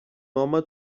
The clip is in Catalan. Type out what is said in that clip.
home